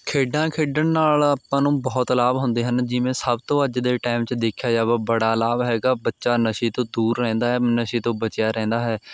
ਖੇਡਾਂ ਖੇਡਣ ਨਾਲ਼ ਆਪਾਂ ਨੂੰ ਬਹੁਤ ਲਾਭ ਹੁੰਦੇ ਹਨ ਜਿਵੇਂ ਸਭ ਤੋਂ ਅੱਜ ਦੇ ਟਾਈਮ 'ਚ ਦੇਖਿਆ ਜਾਵੇ ਬੜਾ ਲਾਭ ਹੈਗਾ ਬੱਚਾ ਨਸ਼ੇ ਤੋਂ ਦੂਰ ਰਹਿੰਦਾ ਹੈ ਨਸ਼ੇ ਤੋਂ ਬਚਿਆ ਰਹਿੰਦਾ ਹੈ